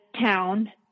town